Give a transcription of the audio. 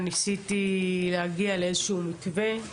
ניסיתי להגיע לאיזשהו מתווה,